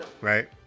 Right